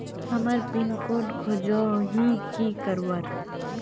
हमार pin code खोजोही की करवार?